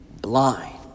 blind